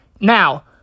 now